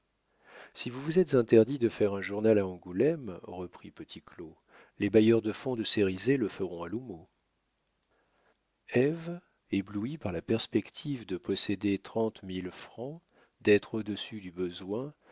si vous vous êtes interdit de faire un journal à angoulême reprit petit claud les bailleurs de fonds de cérizet le feront à l'houmeau ève éblouie par la perspective de posséder trente mille francs d'être au-dessus du besoin